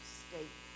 state